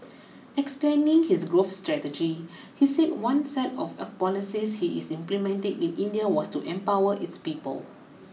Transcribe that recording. explaining his growth strategy he said one set of policies he is implementing in India was to empower its people